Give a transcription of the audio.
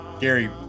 Gary